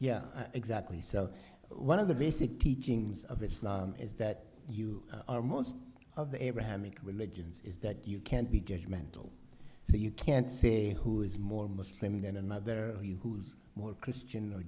yeah exactly so one of the basic teachings of islam is that you are most of the abrahamic religions is that you can't be judgmental so you can't say who is more muslim than another who's more christian or